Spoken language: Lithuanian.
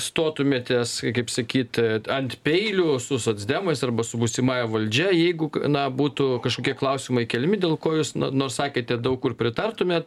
stotumėtės kaip sakyt ant peilių su socdemais arba su būsimąja valdžia jeigu na būtų kažkokie klausimai keliami dėl ko jūs nu nu sakėte daug kur pritartumėt